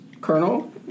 Colonel